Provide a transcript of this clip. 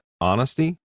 honesty